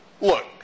Look